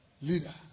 leader